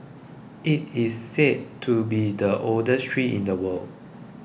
it is said to be the oldest tree in the world